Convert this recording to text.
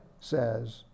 says